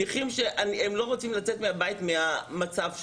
נכים שהם לא רוצים לצאת מהבית בגלל המצב שלהם,